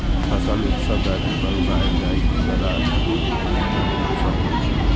फसल उत्सव धरती पर उगाएल जाइ बला अन्नक उत्सव होइ छै